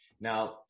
Now